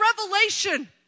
revelation